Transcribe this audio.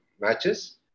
matches